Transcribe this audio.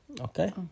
Okay